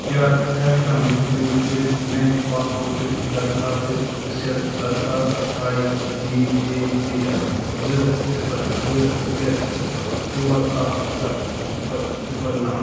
کیٛاہ ژٕ ہیٚکہٕ کھا مہربٲنی کٔرِتھ میٛانہِ پاسپورٹٕچ درخوٛاستٕچ حیثیت درخوٛاست A D A P L زٕ صِفر زٕ ترٛےٚ صِفر ژور اکھ سَتھ صِفر صِفر نَو